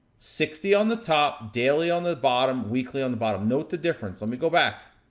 sixty on the top, daily on the bottom, weekly on the bottom, note the difference. let me go back.